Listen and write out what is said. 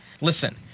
listen